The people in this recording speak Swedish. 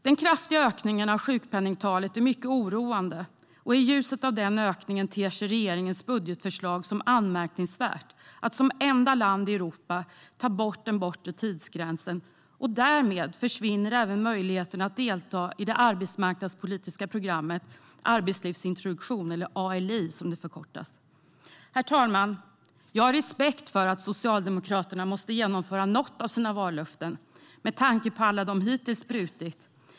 Den kraftiga ökningen av sjukpenningtalet är mycket oroande, och i ljuset av denna ökning ter sig regeringens budgetförslag att som enda land i Europa ta bort den bortre tidsgränsen som anmärkningsvärt. Därmed försvinner även möjligheten att delta i det arbetsmarknadspolitiska programmet arbetslivsintroduktion - ALI som det förkortas. Herr talman! Jag har respekt för att Socialdemokraterna måste genomföra något av sina vallöften med tanke på alla de hittills brutit.